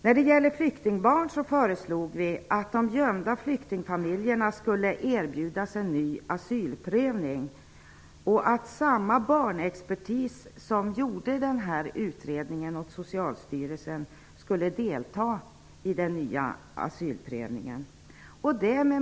När det gäller flyktingbarn föreslog vi att de gömda flyktingfamiljerna skulle erbjudas en ny asylprövning, och att samma barnexpertis som gjorde utredningen åt Socialstyrelsen skulle delta i den nya asylprövningen.